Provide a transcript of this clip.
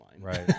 Right